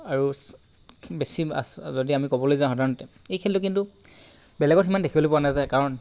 আৰু বেছি আমি যদি ক'বলৈ যাওঁ সাধাৰণতে এই খেলটো কিন্তু বেলেগত ইমান দেখিবলৈ পোৱা নাযায় কাৰণ